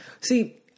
See